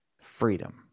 freedom